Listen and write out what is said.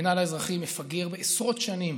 המינהל האזרחי מפגר בעשרות שנים